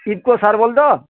UCO sir ବୋଲ୍ ତ